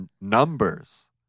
numbers